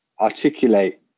articulate